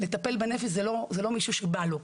לטפל בנפש זה לא מישהו שבא לו,